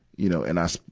you know, and i,